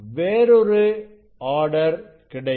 வேறொரு ஆர்டர் கிடைக்கும்